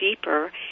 deeper